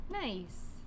Nice